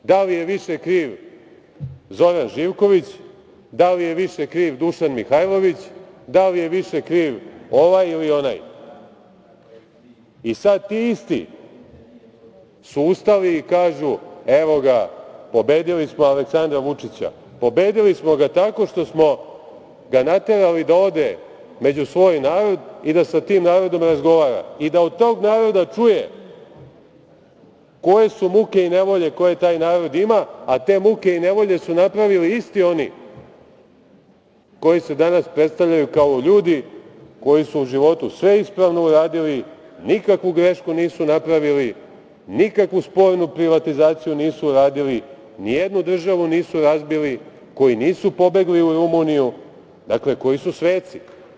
Da li je više kriv Zoran Živković, da li je više kriv Dušan Mihajlović, da li je više kriv ovaj ili onaj i sada ti isti su ustali i kažu - evo ga, pobedili smo Aleksandra Vučića, pobedili smo ga tako što smo ga naterali da ode među svoj narod i da sa tim narodom razgovara i da od tog naroda čuje koje su muke i nevolje koje taj narod ima, a te muke i nevolje su napravili isti oni koji se danas predstavljaju kao ljudi, koji su u životu sve ispravno uradili, nikakvu grešku nisu napravili, nikakvu spornu privatizaciju nisu uradili, nijednu državu nisu razbili, koji nisu pobegli u Rumuniju, dakle, koji su sveci.